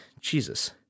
Jesus